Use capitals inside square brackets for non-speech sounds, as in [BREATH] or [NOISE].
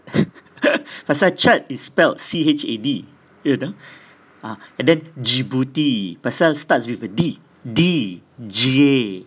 [LAUGHS] pasal chad is spelt C H A D you know [BREATH] ah and then djibouti pasal starts with a D D J